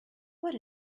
what